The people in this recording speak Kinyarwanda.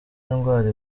ndwara